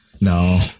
No